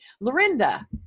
Lorinda